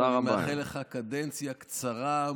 ואני מאחל לך קדנציה קצרה,